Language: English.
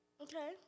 Okay